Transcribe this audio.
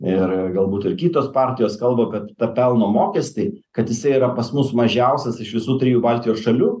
ir galbūt ir kitos partijos kalba kad tą pelno mokestį kad jisai yra pas mus mažiausias iš visų trijų baltijos šalių